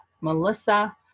Melissa